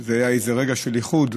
זה היה איזה רגע של איחוד,